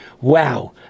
Wow